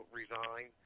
resign